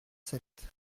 sept